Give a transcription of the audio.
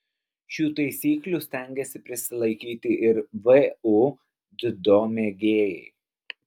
šių taisyklių stengiasi prisilaikyti ir vu dziudo mėgėjai